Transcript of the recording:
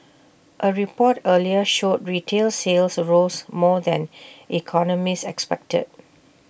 A report earlier showed retail sales rose more than economists expected